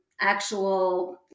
actual